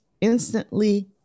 instantly